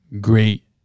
great